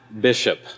Bishop